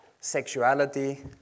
sexuality